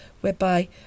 whereby